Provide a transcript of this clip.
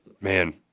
man